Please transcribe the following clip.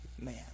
man